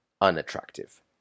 unattractive